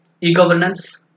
e-governance